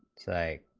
say